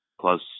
plus